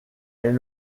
est